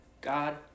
God